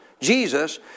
Jesus